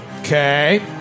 Okay